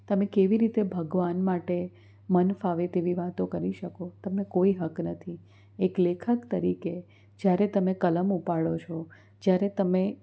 તમે કેવી રીતે ભગવાન માટે મનફાવે તેવી વાતો કરી શકો તમને કોઈ હક નથી એક લેખક તરીકે જ્યારે તમે કલમ ઉપાડો છો ત્યારે તમે